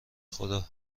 خدا